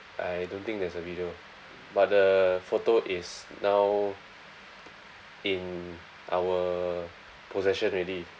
I don't think there's a video but the photo is now in our possession already